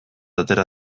atera